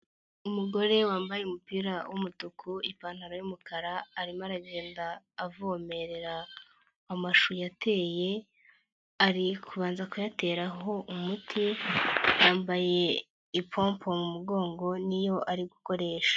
Umugore wambaye umupira w'umutuku n'ipantaro y'umukara, arimo aragenda avomerera amashu yateye, ari kubanza kuyateraho umuti, yambaye ipompo mu mugongo niyo ari gukoresha.